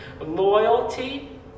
loyalty